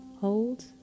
hold